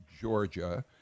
Georgia